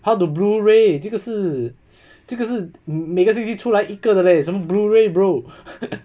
how to blu-ray 这个是这个是每个星期出来一个的 leh 什么 blu-ray bro